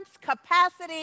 capacity